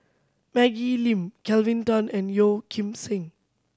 Maggie Lim Kelvin Tan and Yeo Kim Seng